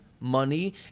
money